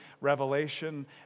Revelation